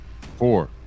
four